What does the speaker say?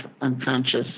unconscious